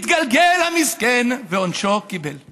התגלגל המסכן ועונשו קיבל";